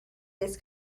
this